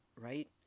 right